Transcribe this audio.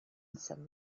some